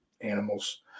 animals